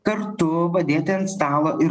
kartu padėti ant stalo ir